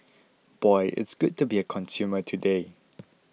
boy it's good to be a consumer today